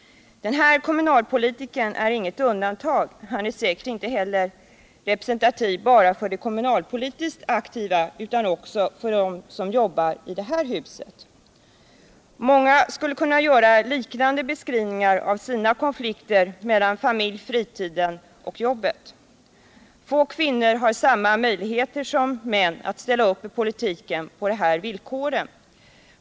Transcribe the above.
Den här kommunalpolitikern är inget undantag. Han är säkert inte heller representativ bara för de kommunalpolitiskt aktiva utan också för dem som jobbar i det här huset. Många skulle kunna göra liknande beskrivningar av sina konflikter mellan familjen-fritiden och jobbet. Få kvinnor har samma möjligheter som män att ställa upp i politiken på de här villkoren.